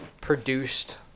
produced